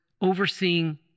overseeing